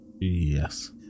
Yes